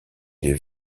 les